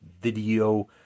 video